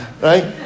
right